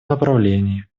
направлении